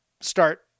start